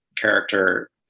character